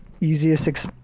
easiest